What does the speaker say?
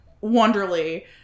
Wonderly